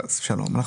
חס ושלום.